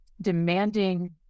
demanding